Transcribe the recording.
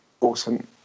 awesome